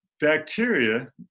Bacteria